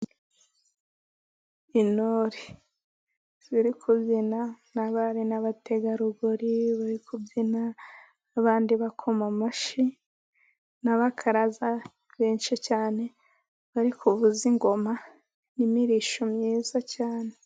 Intore ziri kubyina n'abari n'abategarugori bari kubyina abandi bakoma amashyi, n'abakaraza benshi cyane bari kuvuza ingoma n'imirishyo myiza cyane.